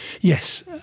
Yes